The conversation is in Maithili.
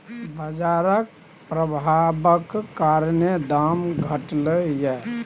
बजारक प्रभाबक कारणेँ दाम घटलै यै